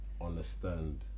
understand